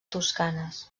toscanes